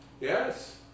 Yes